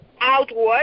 outward